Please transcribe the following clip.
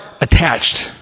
attached